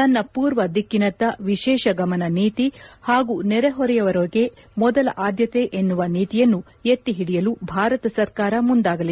ತನ್ನ ಮೂರ್ವ ದಿಕ್ಕಿನತ್ತ ವಿಶೇಷ ಗಮನ ನೀತಿ ಹಾಗೂ ನೆರೆಹೊರೆಯವರಿಗೆ ಮೊದಲ ಆದ್ಲತೆ ಎನ್ನುವ ನೀತಿಯನ್ನು ಎತ್ತಿ ಹಿಡಿಯಲು ಭಾರತ ಸರ್ಕಾರ ಮುಂದಾಗಲಿದೆ